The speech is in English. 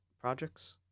projects